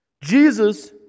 Jesus